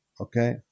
Okay